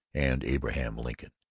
and abraham lincoln.